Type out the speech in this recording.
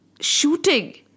shooting